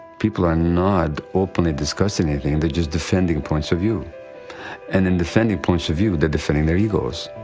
people are not openly discussing anything, they're just defending points of view and in defending points of view, they're defending their egos.